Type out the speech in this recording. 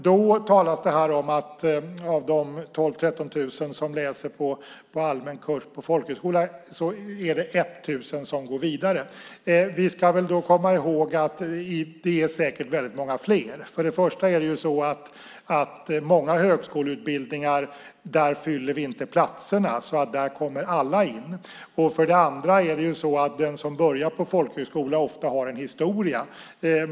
Det talas här om att av de 12 000-13 000 som läser allmän kurs på folkhögskola är det 1 000 som går vidare. Vi ska då komma ihåg att det säkert är väldigt många fler. För det första är det många högskoleutbildningar där man inte fyller platserna, så där kommer alla in. För det andra har den som börjar på folkhögskola ofta en historia.